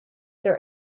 their